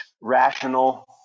rational